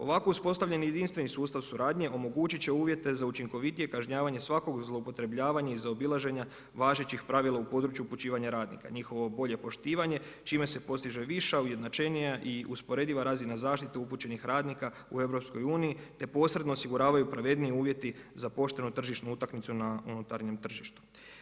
Ovako uspostavljeni jedinstveni sustav suradnje omogućit će uvjete za učinkovitije kažnjavanje svakog zloupotrebljavanja i zaobilaženja važećih pravila u području upućivanja radnika, njihovo bolje poštivanje čime se postiže viša, ujednačenija i usporediva razina zaštite upućenih radnika u EU te posredno osiguravaju pravedniji uvjeti za poštenu tržišnu utakmicu na unutarnjem tržištu.